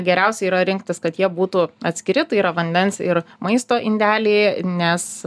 geriausia yra rinktis kad jie būtų atskiri tai yra vandens ir maisto indeliai nes